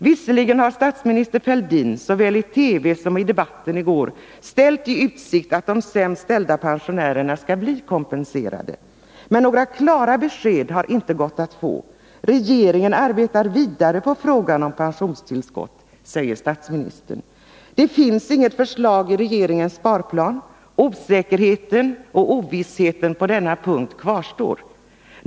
Visserligen har statsminister Fälldin såväl i TV som i debatten i går ställt i utsikt att de sämst ställda pensionärerna skall bli kompenserade. Några klara besked har det emellertid inte gått att få. Regeringen arbetar vidare på frågan om pensionstillskott, säger statsministern. Det finns inget förslag i regeringens sparplan. Osäkerheten och ovissheten på denna punkt kvarstår.